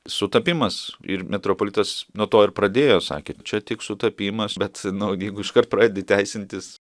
sutapimas ir metropolitas nuo to ir pradėjo sakė čia tik sutapimas bet nu jeigu iškart pradedi teisintis